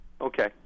Okay